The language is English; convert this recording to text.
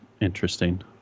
interesting